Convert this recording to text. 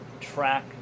track